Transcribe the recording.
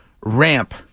ramp